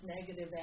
negative